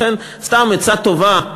לכן, סתם עצה טובה,